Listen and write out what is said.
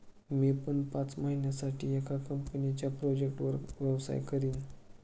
मी पण पाच महिन्यासाठी एका कंपनीच्या प्रोजेक्टवर व्यवसाय करीन